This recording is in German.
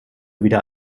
wieder